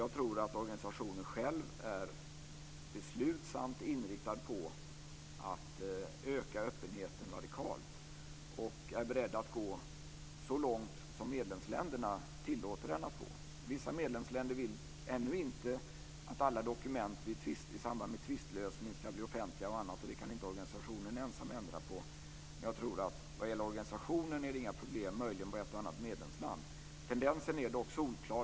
Jag tror att organisationen är beslutsamt inriktad på att öka öppenheten radikalt och att man är beredd att gå så långt som medlemsländerna tillåter den att gå. Vissa medlemsländer vill ännu inte att alla dokument i samband med tvistlösning ska bli offentliga, och det kan inte organisationen ensam ändra på. Men vad gäller organisationen tror jag inte att det är några problem. Möjligen är det problem för ett och annat medlemsland. Tendensen är dock solklar.